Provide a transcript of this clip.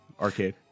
arcade